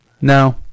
No